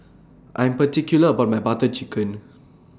I Am particular about My Butter Chicken